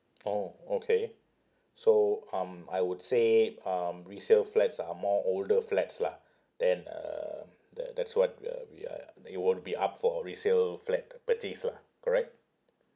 orh okay so um I would say um resale flats are more older flats lah then uh the that's what uh we are it won't be up for a resale flat purchase lah correct